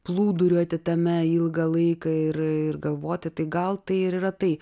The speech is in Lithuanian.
plūduriuoti tame ilgą laiką ir ir galvoti tai gal tai ir yra tai